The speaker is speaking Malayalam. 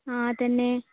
ആ അതുതന്നെ